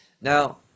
Now